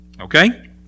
okay